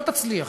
לא תצליח,